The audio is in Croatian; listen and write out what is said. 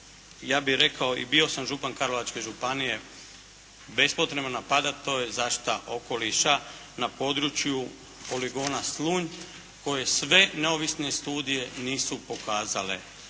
ja bih rekao i bio sam župan Karlovačke županije bespotrebno napadati. To je zaštita okoliša na području poligona Slunj koji sve neovisne studije nisu pokazale